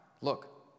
look